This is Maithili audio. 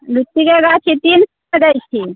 लीचीके गाछ तीन सए के दै छी